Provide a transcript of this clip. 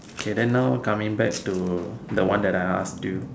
okay then now coming back to the one that I asked you